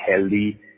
healthy